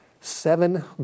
seven